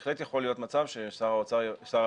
בהחלט יכול להיות מצב ששר הפנים